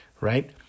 right